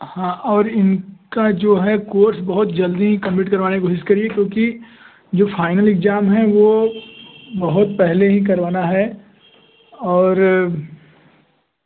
हाँ और इनका जो है कोर्स बहुत जल्दी कंप्लीट करवाने की कोशिश करिए क्योंकि जो फाइनल इग्जाम है वह बहुत पहले ही करवाना है और